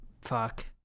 Fuck